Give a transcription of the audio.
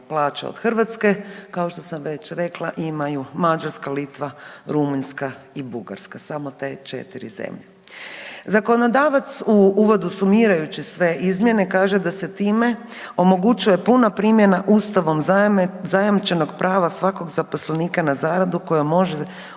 plaće od hrvatske, kao što sam već rekla imaju Mađarska, Litva, Rumunjska i Bugarska, samo te 4 zemlje. Zakonodavac u uvodu sumirajući sve izmjene kaže da se time omogućuje puna primjena Ustavom zajamčenog prava svakog zaposlenika na zaradu kojom može